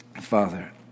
Father